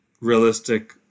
realistic